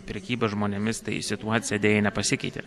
prekybą žmonėmis tai situacija deja nepasikeitė